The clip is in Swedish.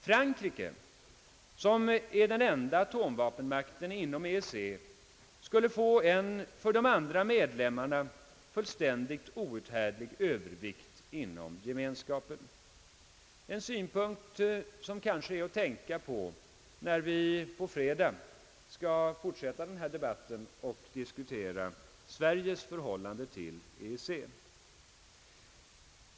Frankrike som är den enda atomvapenmakten inom EEC skulle få en för de andra medlemmarna fullständigt outhärdlig övervikt inom gemenskapen, en synpunkt som kanske är att tänka på när vi på fredag skall fortsätta denna debatt och diskutera Sveriges förhållande till EEC.